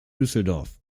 düsseldorf